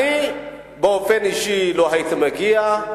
אני באופן אישי לא הייתי מגיע,